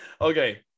Okay